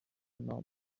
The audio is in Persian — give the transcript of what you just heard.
نام